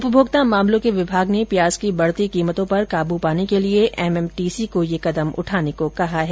उपभोक्ता मामलों के विभाग ने प्याज की बढ़ती कीमतों पर काबू पाने के लिए एमएमटीसी को यह कदम उठाने को कहा है